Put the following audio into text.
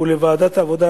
ולוועדת העבודה,